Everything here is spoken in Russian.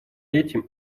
этим